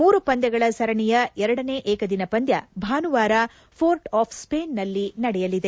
ಮೂರು ಪಂದ್ಯಗಳ ಸರಣಿಯ ಎರಡನೇ ಏಕದಿನ ಪಂದ್ಯ ಭಾನುವಾರ ಪೋರ್ಟ್ ಆಫ್ ಸ್ವೇನ್ನಲ್ಲಿ ನಡೆಯಲಿದೆ